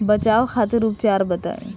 बचाव खातिर उपचार बताई?